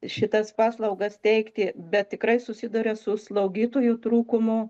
šitas paslaugas teikti bet tikrai susiduria su slaugytojų trūkumu